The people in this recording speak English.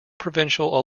provincial